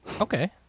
Okay